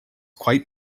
quite